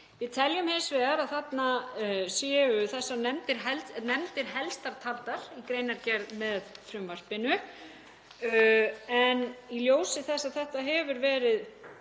Við teljum hins vegar að þarna séu þessar nefndir helstar taldar í greinargerð með frumvarpinu. En í ljósi þess að þetta hefur verið